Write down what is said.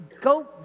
go